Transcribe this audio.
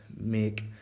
make